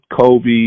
Kobe